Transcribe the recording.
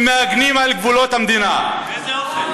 ומגינים על גבולות המדינה, באיזה אופן?